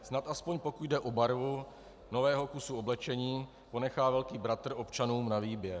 Snad aspoň pokud jde o barvu nového kusu oblečení, ponechá velký bratr občanům na výběr.